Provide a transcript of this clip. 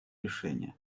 решения